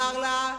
ותאמר לה: